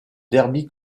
derby